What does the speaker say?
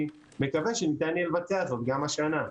מקווה שניתן יהיה לבצע זאת גם השנה.